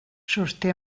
sosté